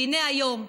והינה היום,